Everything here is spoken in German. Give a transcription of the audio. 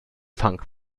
funk